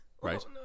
right